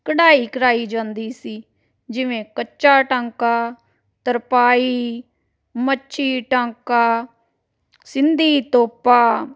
ਕਢਾਈ ਕਰਵਾਈ ਜਾਂਦੀ ਸੀ ਜਿਵੇਂ ਕੱਚਾ ਟਾਂਕਾ ਤਰਪਾਈ ਮੱਛੀ ਟਾਂਕਾ ਸਿੰਧੀ ਤੋਪਾ